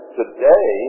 today